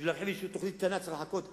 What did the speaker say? כדי להכין איזו תוכנית קטנה צריך לחכות ארבע,